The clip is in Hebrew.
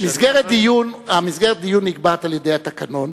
מסגרת הדיון נקבעת על-ידי התקנון.